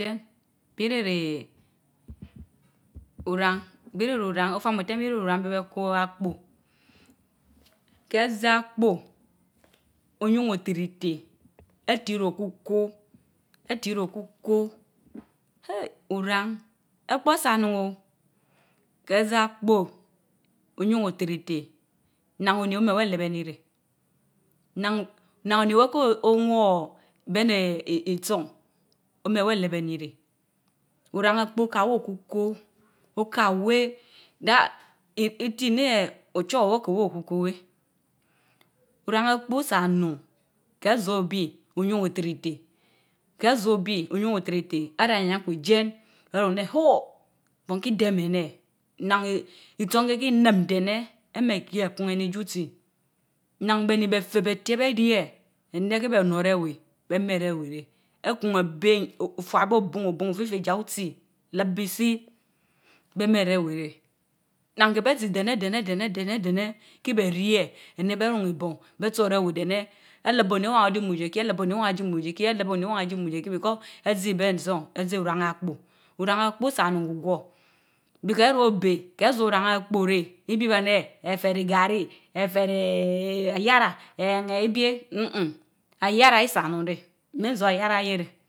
Roi reh ri oran, bi reh ri oran ofuama otén bi reh ri oran keh béh ko apoo. Ke zii apoó, uyun otirité atiro kuko, etiri oku ko eeh! Oran epoo ésán onun o ke zii apóó oyun otirite nana oni oméh wéh alebeni réh, nann oni wéh ko owór be néh irso oméh wèh alebeni néh. Oran apóó oka weh okuko, oka weh that’s itineh ochowor we‘y oneh wey okèh wey okuko weh. Oran apoó isa onun ka zorbi oyun itinte, ka zorbi oyun itirite ará nyankwe ijien arun aneh “huh! bo̍nki demeh eneh!” nnan itson keh inem enéh, akun iki jie utsi nnan keh béni eféh betie beyie aneh kèh bèh nor réh wéh, beh meh reh wèh reh. ekun ebeh ofuabeh obun obun ofifeh ja otsi lebisi, beh meh reh weh reh. nnan keh beh si deneh deneh keh béh yie anor beh ruun ibón, beh tsó reh wèh deneh, eleb oni owan oji mu jieh kii ejeb oni owan oji mu jieh kii eleb oni owan ojii mu jie kii because ézii ben sonn, ezii oran apóó. Oran apóó isa onun gwu gwor. Keh ro obeh, kéh zór oran apoó reh, ibeh bé rubin anéh éferi garri, éférre ayarah, nmm nmm ayara isa onun reh, min zór ayara ikéh réh.